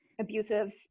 abusive